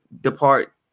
depart